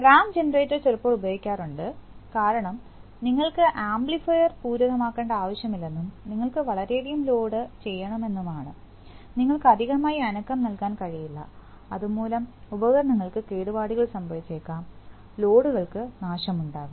ramp generator ചിലപ്പോൾ ഉപയോഗിക്കാറുണ്ട് കാരണം നിങ്ങൾക്ക് ആംപ്ലിഫയർ പൂരിതമാക്കേണ്ട ആവശ്യമില്ലെന്നും നിങ്ങൾ വളരെയധികം ലോഡ് ചെയ്യണമെന്നുമാണ് നിങ്ങൾക്ക് അധികമായി അനക്കം നല്കാൻ കഴിയില്ല അതുമൂലം ഉപകരണങ്ങൾക്ക് കേടുപാടുകൾ സംഭവിച്ചേക്കാം ലോഡുകൾക്ക് നാശമുണ്ടാക്കാം